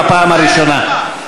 בפעם הראשונה.